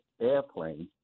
airplanes